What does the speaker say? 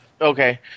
okay